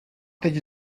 teď